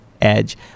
Edge